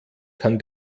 kann